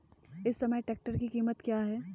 इस समय ट्रैक्टर की कीमत क्या है?